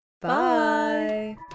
Bye